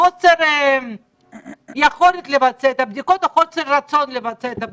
חוסר יכולת לבצע את הבדיקות או חוסר רצון לבצע את הבדיקות?